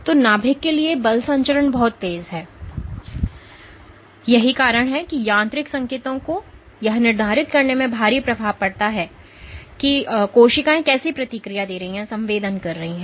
तो नाभिक के लिए बल संचरण बहुत तेज है और यही कारण है कि यांत्रिक संकेतों को यह निर्धारित करने में भारी प्रभाव पड़ सकता है कि कोशिकाएं कैसे प्रतिक्रिया दे रही हैं या संवेदन कर रही हैं